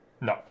No